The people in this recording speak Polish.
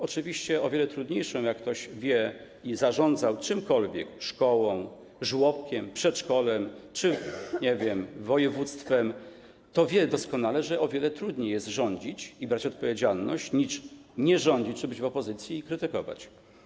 Oczywiście o wiele trudniej jest, jak ktoś zarządzał czymkolwiek - szkołą, żłobkiem, przedszkolem czy, nie wiem, województwem - to wie doskonale, że o wiele trudniej jest rządzić i brać odpowiedzialność, niż nie rządzić czy być w opozycji i krytykować.